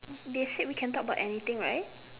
they said we can talk about anything right